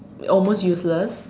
almost useless